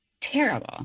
terrible